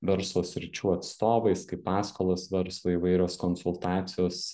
verslo sričių atstovais kaip paskolos verslui įvairios konsultacijos